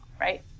Right